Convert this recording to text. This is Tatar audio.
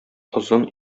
озын